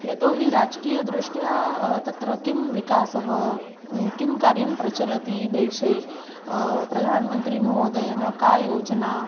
यतोहि राजकीयदृष्ट्या तत्र किं विकासः किं कार्यं प्रचलति देशे प्रधानमन्त्रीमहोदयेन का योजना